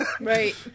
Right